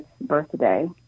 birthday